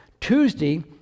Tuesday